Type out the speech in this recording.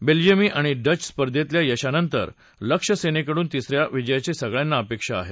बेल्जियमी आणि डच स्पर्धेतल्या यशानंतर लक्ष्य सेनकडून तिसऱ्या विजयाची सगळ्यांना अपेक्षा आहे